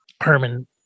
Herman